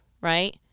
right